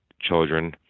children